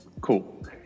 Cool